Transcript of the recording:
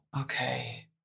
okay